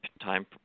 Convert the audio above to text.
time